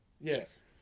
Yes